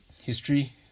history